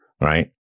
right